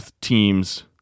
teams